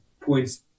points